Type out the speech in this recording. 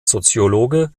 soziologe